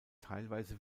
teilweise